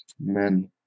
men